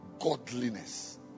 godliness